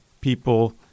people